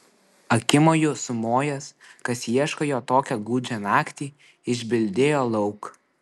akimoju sumojęs kas ieško jo tokią gūdžią naktį išbildėjo lauk